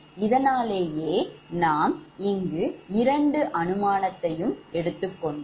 இதனாலேயே நாம் இங்கு 2 அனுமானத்தையும் எடுத்துக் கொண்டோம்